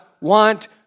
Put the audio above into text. want